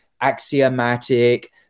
axiomatic